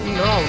no